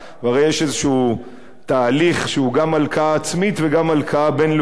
הרי יש איזה תהליך שהוא גם הלקאה עצמית וגם הלקאה בין-לאומית.